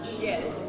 Yes